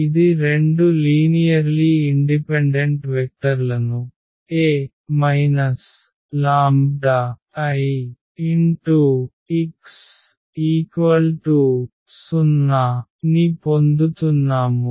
ఇది రెండు linearly independent వెక్టర్లను A λIx0 ని పొందుతున్నాము